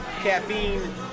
caffeine